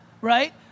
right